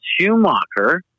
Schumacher